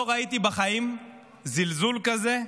לא ראיתי בחיים זלזול כזה,